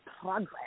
progress